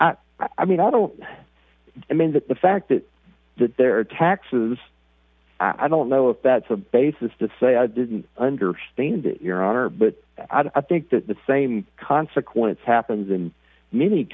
so i mean i don't mean that the fact that that their taxes i don't know if that's a basis to say i didn't understand your honor but i think that the same consequence happens in many